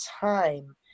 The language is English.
time